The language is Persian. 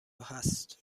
هست